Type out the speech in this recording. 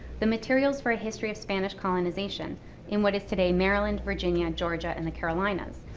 the materials for a history of spanish colonization in what is today maryland, virginia, georgia, and the carolinas,